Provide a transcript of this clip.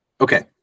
Okay